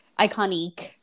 iconic